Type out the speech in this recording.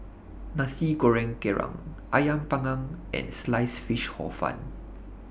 Nasi Goreng Kerang Ayam Panggang and Sliced Fish Hor Fun